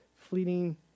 fleeting